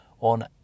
on